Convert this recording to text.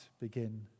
begin